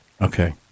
Okay